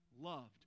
loved